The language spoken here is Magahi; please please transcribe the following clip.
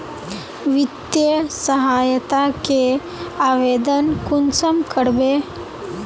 वित्तीय सहायता के आवेदन कुंसम करबे?